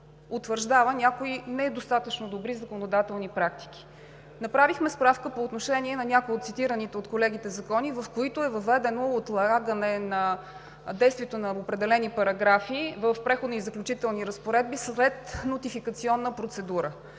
някои недостатъчно добри законодателни практики. Направихме справка по отношение на някои от цитираните от колегите закони, в които е въведено отлагане на действието на определени параграфи в Преходни и заключителни разпоредби след нотификационна процедура.